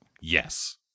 Yes